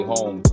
Home